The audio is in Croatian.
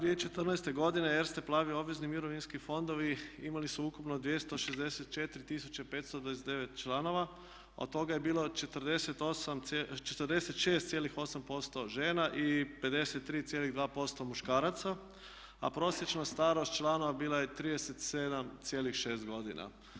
2014. godine Erste plavi obvezni mirovinski fondovi imali su ukupno 264 529 članova, a od toga je bilo 46,8% žena i 53,2 muškaraca a prosječna starost članova bila je 37,6 godina.